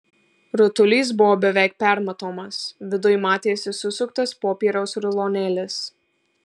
rutulys buvo beveik permatomas viduj matėsi susuktas popieriaus rulonėlis